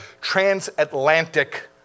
transatlantic